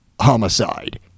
homicide